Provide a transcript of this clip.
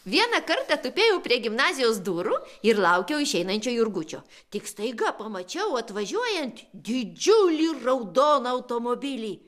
vieną kartą tupėjau prie gimnazijos durų ir laukiau išeinančio jurgučio tik staiga pamačiau atvažiuojant didžiulį raudoną automobilį